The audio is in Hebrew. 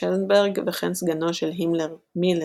שלנברג, וכן סגנו של הימלר, מילר,